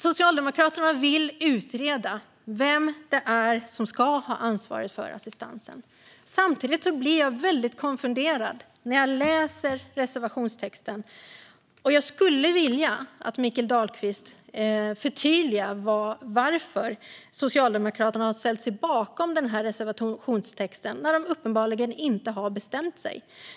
Socialdemokraterna vill utreda vem som ska ha ansvaret för assistansen. Samtidigt blir jag väldigt konfunderad när jag läser reservationstexten. Jag skulle vilja att Mikael Dahlqvist förtydligade varför Socialdemokraterna har ställt sig bakom denna reservationstext när de uppenbarligen inte har bestämt sig.